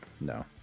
no